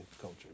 culture